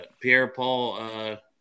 Pierre-Paul